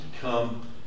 come